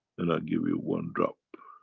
and i'll give you one drop,